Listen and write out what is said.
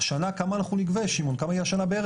השנה אנחנו נגבה כ-1.2 מיליארד השנה.